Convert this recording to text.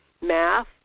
math